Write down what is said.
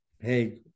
hey